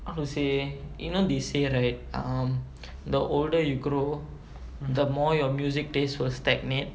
I want to say you know they say right um the older you grow the more your music taste will stagnate